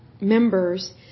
members